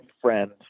friend